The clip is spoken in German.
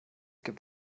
gibt